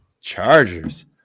Chargers